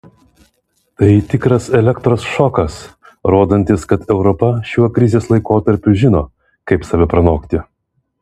tai tikras elektros šokas rodantis kad europa šiuo krizės laikotarpiu žino kaip save pranokti